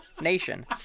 nation